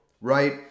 right